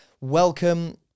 welcome